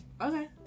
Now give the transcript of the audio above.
Okay